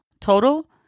total